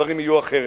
הדברים יהיו אחרת,